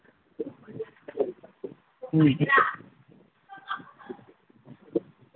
ꯎꯝ